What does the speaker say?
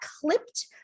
clipped